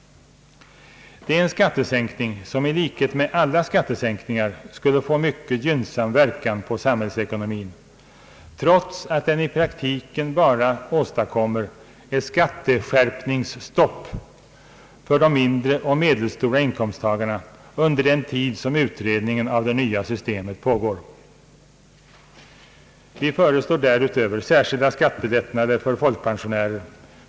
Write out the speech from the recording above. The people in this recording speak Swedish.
Det är en skattesänkning som i likhet med nästan alla andra skattesänkningar skulle få mycket gynnsam verkan på samhällsekonomin, trots att den i praktiken bara åstadkommer ett skatteskärpningsstopp för de mindre och medelstora inkomsttagarna under den tid som utredningen av det nya systemet pågår. Vi föreslår därutöver särskilda skattelättnader för folkpensionärer.